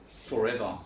forever